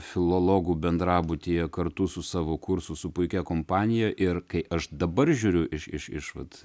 filologų bendrabutyje kartu su savo kursu su puikia kompanija ir kai aš dabar žiūriu iš iš iš vat